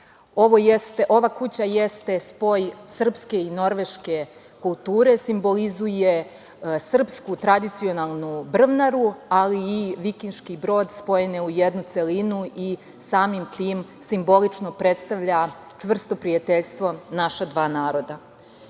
Ova kuća jeste spoj sprske i norveške kulture, simbolizuje srpsku tradicionalnu brvnaru, ali i vikinški brod, spojene u jednu celinu, i samim tim, simbolično predstavlja čvrsto prijateljstvo naša dva naroda. Ono